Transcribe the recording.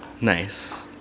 Nice